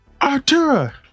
Artura